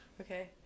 okay